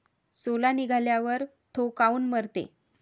सोला निघाल्यावर थो काऊन मरते?